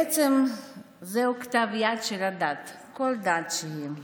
בעצם זהו כתב היד של הדת, כל דת שהיא.